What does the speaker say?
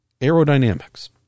aerodynamics